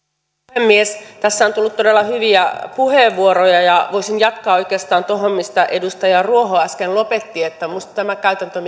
puhemies tässä on tullut todella hyviä puheenvuoroja ja voisin jatkaa oikeastaan tuosta mihin edustaja ruoho äsken lopetti minusta tämä käytäntö